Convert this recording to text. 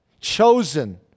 chosen